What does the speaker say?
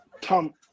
Tom